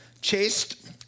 chased